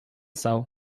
сау